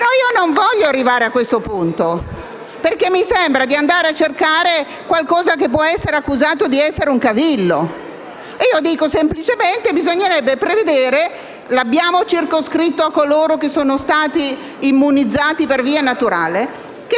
Ma io non voglio arrivare a questo punto, perché mi sembra di andare a cercare qualcosa che può essere visto come un cavillo. Dico semplicemente che bisognerebbe prevedere - lo abbiamo circoscritto a coloro che sono stati immunizzati per via naturale - che